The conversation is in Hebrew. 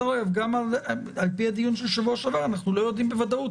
גם על פי הדיון של שבוע שעבר אנחנו לא יודעים בוודאות